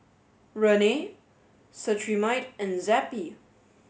Rene Cetrimide and Zappy